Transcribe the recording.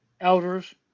Elders